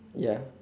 ya